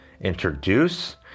introduce